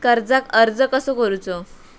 कर्जाक अर्ज कसो करूचो?